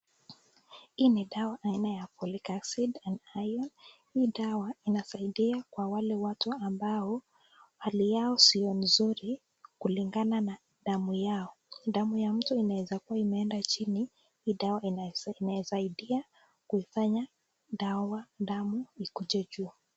Hii ni dawa aina ya folic acid and iron ,hii dawa inasaidia kwa wale watu ambao hali yao si mzuri kulingana na damu yao, damu ya mtu inaweza kuwa imeenda chini, hii dawa inasaidia kuifanya damu ikuje juu.